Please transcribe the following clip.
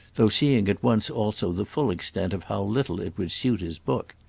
though seeing at once also the full extent of how little it would suit his book.